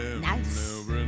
nice